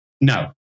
no